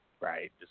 right